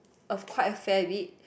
of quite a fair bit